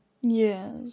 Yes